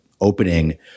opening